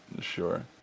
Sure